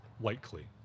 likely